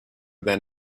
than